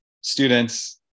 students